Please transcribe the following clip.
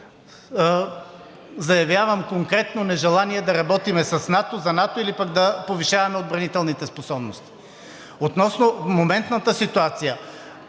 заявявам конкретно нежелание да работим с НАТО, за НАТО или пък да повишаваме отбранителните способности. Относно моментната ситуация,